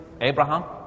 Abraham